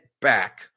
back